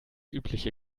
übliche